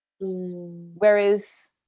whereas